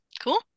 Cool